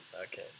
Okay